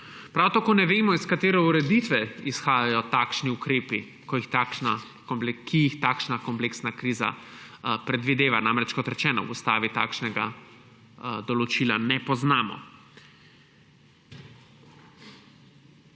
Prav tako ne vemo, iz katere ureditve izhajajo takšni ukrepi, ki jih takšna kompleksna kriza predvideva. Namreč, kot rečeno, v ustavi takšnega določila ne poznamo.